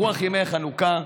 ברוח ימי החנוכה: